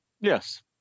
Yes